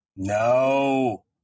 No